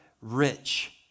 rich